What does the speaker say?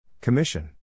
Commission